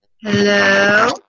Hello